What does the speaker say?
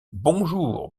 bonjour